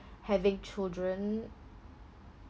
having children